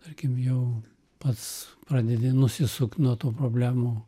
tarkim jau pats pradedi nusisukt nuo tų problemų